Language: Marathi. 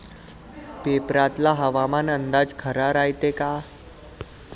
पेपरातला हवामान अंदाज खरा रायते का?